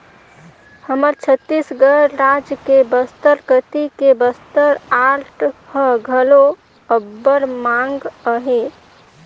हमर छत्तीसगढ़ राज के बस्तर कती के बस्तर आर्ट ह घलो अब्बड़ मांग अहे